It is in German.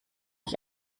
ich